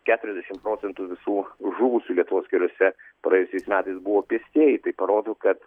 keturiasdešim procentų visų žuvusių lietuvos keliuose praėjusiais metais buvo pėstieji tai parodo kad